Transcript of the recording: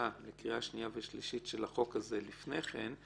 לקריאה שנייה ושלישית של החוק הזה לפני כן,